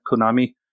Konami